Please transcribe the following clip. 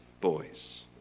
boys